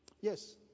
yes